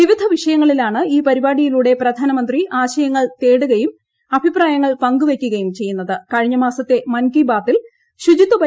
വിവിധ വിഷയങ്ങളിലാണ് ഈ പരിപാടിയിലൂടെ പ്രധാനമന്ത്രി ആശയങ്ങൾ തേടുകയും അഭിപ്രായങ്ങൾ പങ്കുവയ്ക്കുകയും കഴിഞ്ഞമാസത്തെ മൻ കി ബാത്തിൽ ശുചിത്വ ചെയ്യുന്നത്